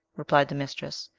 replied the mistress.